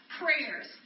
prayers